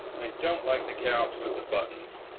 i don't like the couch with the buttons